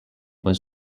was